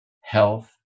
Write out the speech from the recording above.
health